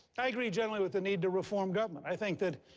i agree generally with the need to reform government. i think that,